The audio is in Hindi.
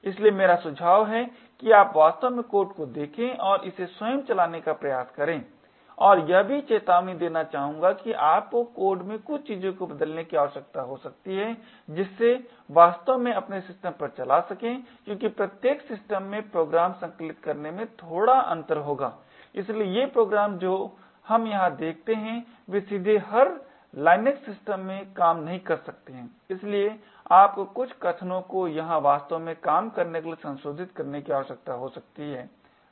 इसलिए मेरा सुझाव है कि आप वास्तव में कोड को देखें और इसे स्वयं चलाने का प्रयास करें और मैं यह भी चेतावनी देना चाहूंगा कि आपको कोड में कुछ चीजों को बदलने की आवश्यकता हो सकती है जिससे वास्तव में अपने सिस्टम पर चला सकें क्योंकि प्रत्येक सिस्टम में प्रोग्राम संकलित करने में थोड़ा अंतर होगा इसलिए ये प्रोग्राम जो हम यहां देखते हैं वे सीधे हर लिनेक्स सिस्टम में काम नहीं कर सकते हैं इसलिए आपको कुछ कथनों को यहां वास्तव में काम करने के लिए संशोधित करने की आवश्यकता हो सकती है